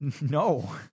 No